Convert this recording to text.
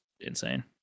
insane